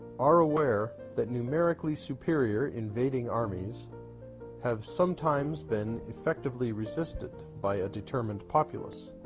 are aware that numerically superior invading armies have sometimes been effectively resisted by a determined populace,